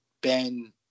Ben